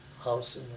house